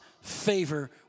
favor